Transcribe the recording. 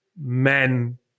men